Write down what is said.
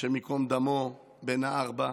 השם ייקום דמו, בן הארבע,